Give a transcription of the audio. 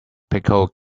pickled